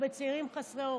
צעירים חסרי עורף.